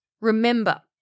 remember